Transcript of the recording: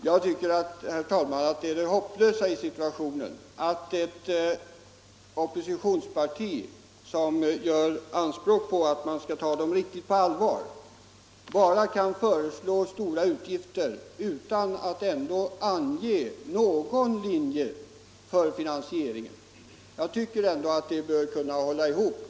Herr talman! Det hopplösa i situationen tycker jag är att ett oppositionsparti som gör anspråk på att bli taget på allvar bara föreslår stora utgifter utan att ange någon linje för finansieringen.